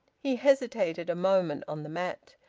he hesitated a moment on the mat,